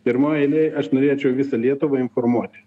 pirmoj eilėj aš norėčiau visą lietuvą informuoti